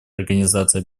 организации